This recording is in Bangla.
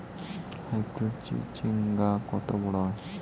হাইব্রিড চিচিংঙ্গা কত বড় হয়?